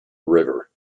river